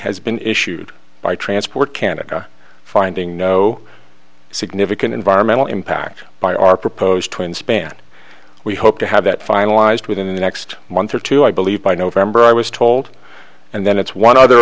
has been issued by transport canada finding no significant environmental impact by our proposed twin span we hope to have that finalized within the next month or two i believe by november i was told and then it's one other